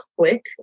click